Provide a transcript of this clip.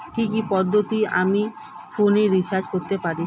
কি কি পদ্ধতিতে আমি ফোনে রিচার্জ করতে পারি?